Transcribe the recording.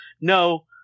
No